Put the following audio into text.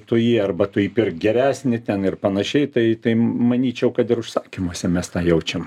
tu jį arba tu jį pirk geresnį ten ir panašiai tai tai manyčiau kad ir užsakymuose mes tą jaučiam